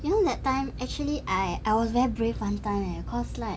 you know that time actually I I was very brave one time eh cause like